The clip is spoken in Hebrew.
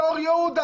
באור יהודה,